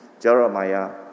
Jeremiah